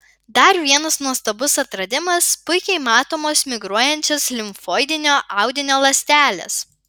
dar vienas nuostabus atradimas puikiai matomos migruojančios limfoidinio audinio ląstelės